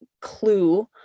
clue